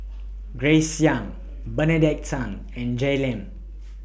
Grace Young Benedict Tan and Jay Lim